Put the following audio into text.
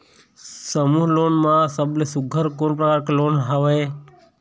समूह लोन मा सबले सुघ्घर कोन प्रकार के लोन हवेए?